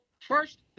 first